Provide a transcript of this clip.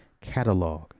catalog